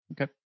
okay